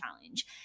challenge